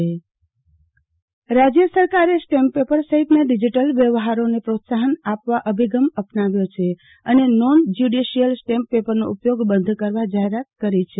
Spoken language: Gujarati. આરતી ભદ્દ રાજ્ય સરકારે સ્ટેમ્પ પેપર સહિતના ડીજીટલ વ્યવહારોને પ્રોત્સાહન આપવા અભિગમ અપનાવ્યો છે અને નોન જ્યુડિશિયલ સ્ટેમ્પ પેપરનો ઉપયોગ બંધ કરવા જાહેરાત કરી છે